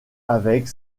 avec